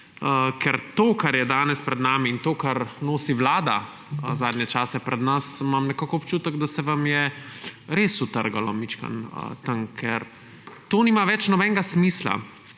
ker to, kar je danes pred nami, in to, kar nosi Vlada zadnje čase pred nas, imam nekako občutek, da se vam je res utrgalo mičkeno tam. Ker to nima več nobenega smisla,